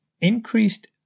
increased